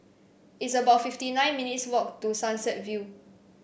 It's about fifty nine minutes' walk to Sunset View